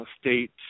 state